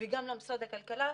וגם למשרד הכלכלה,